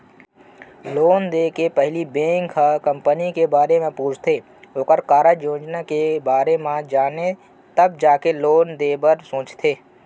loan देय के पहिली बेंक ह कंपनी के बारे म पूछथे ओखर कारज योजना के बारे म जानथे तब जाके लोन देय बर सोचथे